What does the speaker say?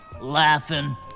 Laughing